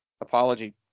Apology